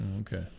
okay